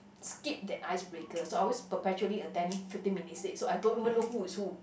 skip that ice breaker so I always perpetually attend fifteen minutes late so I don't even know who is who